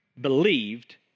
Believed